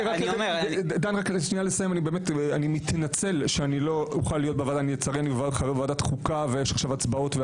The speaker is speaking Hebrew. אני מתנצל שלא אוכל להיות בוועדה אני בוועדת חוקה ויש הצבעות.